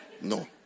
No